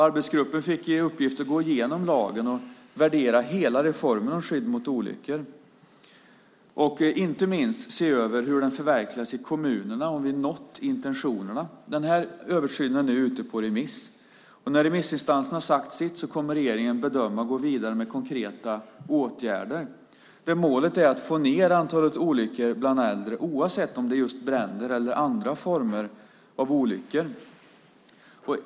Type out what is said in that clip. Arbetsgruppen har fått i uppgift att gå igenom lagen och att värdera hela reformen om skydd mot olyckor samt, inte minst, att se över hur reformen förverkligas ute i kommunerna och om vi har nått intentionerna. Översynen är nu ute på remiss. När remissinstanserna har sagt sitt kommer regeringen att göra en bedömning och gå vidare med konkreta åtgärder. Målet är att få ned antalet olyckor bland äldre, oavsett om det gäller just bränder eller om det gäller andra former av olyckor.